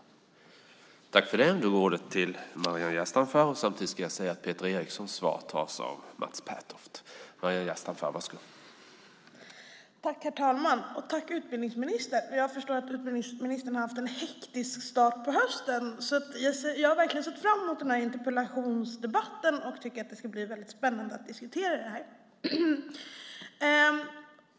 Då Peter Eriksson, som framställt en av interpellationerna, anmält att han var förhindrad att närvara vid sammanträdet medgav förste vice talmannen att Mats Pertoft i stället fick delta i överläggningen.